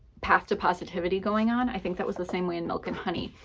path to positivity going on. i think that was the same way in milk and honey,